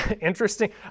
interesting